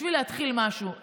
בשביל להתחיל משהו,